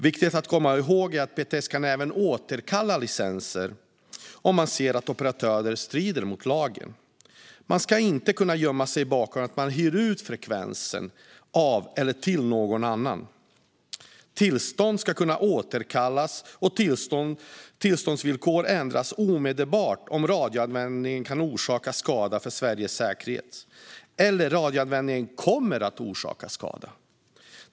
Viktigt att komma ihåg är att PTS även kan återkalla licenser om man ser att operatörer bryter mot lagen. Man ska inte kunna gömma sig bakom att man hyrt frekvens av eller till någon annan. Tillstånd ska kunna återkallas och tillståndsvillkor ändras omedelbart om radioanvändningen har orsakat skada för Sveriges säkerhet eller om radioanvändningen kommer att orsaka sådan skada.